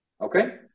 Okay